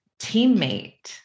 teammate